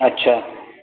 اچھا